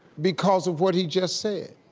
because of what he just said.